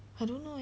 I don't know eh